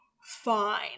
fine